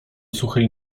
suchej